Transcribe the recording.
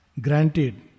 granted